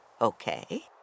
okay